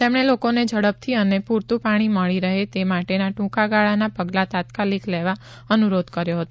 તેમણે લોકોને ઝડપથી અને પૂરતું પાણી મળે તે માટેના ટૂંકાગાળાના પગલાં તાત્કાલિક લેવા અનુરોધ કર્યો હતો